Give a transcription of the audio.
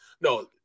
No